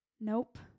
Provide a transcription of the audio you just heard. Nope